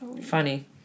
funny